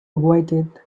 waited